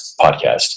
Podcast